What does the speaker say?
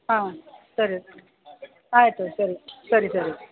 ಹಾಂ ಸರಿ ಆಯಿತು ಸರಿ ಸರಿ ಸರಿ